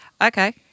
Okay